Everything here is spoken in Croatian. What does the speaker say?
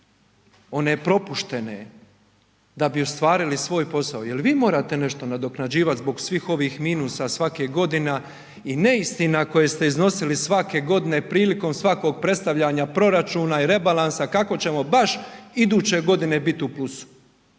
one propuštene, da bi ostvarili svoj posao, jel vi morate nešto nadoknađivat zbog svih ovih minusa svake godina i neistina koje ste iznosili svake godine prilikom svakog predstavljanja proračuna i rebalansa kako ćemo baš iduće godine bit u plusu.